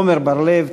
עמר בר-לב,